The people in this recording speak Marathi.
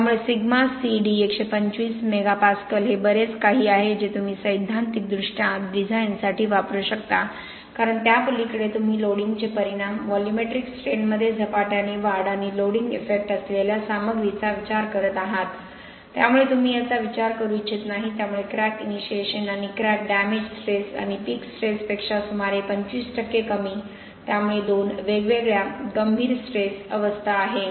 त्यामुळे सिग्मा C D 125MPa हे बरेच काही आहे जे तुम्ही सैद्धांतिकदृष्ट्या डिझाइनसाठी वापरू शकता कारण त्यापलीकडे तुम्ही लोडिंगचे परिणाम व्हॉल्यूमेट्रिक स्ट्रेन्समध्ये झपाट्याने वाढ आणि लोडिंग इफेक्ट असलेल्या सामग्रीचा विचार करत आहात त्यामुळे तुम्ही याचा विचार करू इच्छित नाही त्यामुळे क्रॅक इनिशिएशन आणि क्रॅक डॅमेज स्ट्रेस आणि पीक स्ट्रेसपेक्षा सुमारे 25 कमी त्यामुळे दोन वेगवेगळ्या गंभीर स्ट्रेस अवस्था आहे